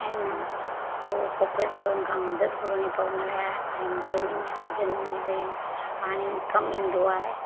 ऐं न पोइ कॉपरेटरनि खां मदद घुरिणी पवंदी आहे ऐं गर्मियुनि सिजन में भई पाणी कमु ईंदो आहे